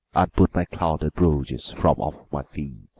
put my clouted brogues from off my feet,